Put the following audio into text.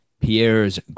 Pierre's